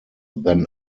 than